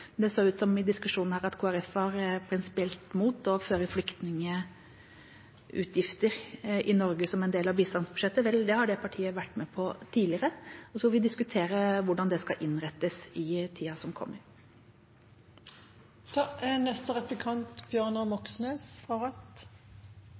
så det ut som om Kristelig Folkeparti var prinsipielt mot å føre flyktningutgifter i Norge som en del av bistandsbudsjettet. Vel, det har det partiet vært med på tidligere. Så får vi diskutere hvordan det skal innrettes, i tida som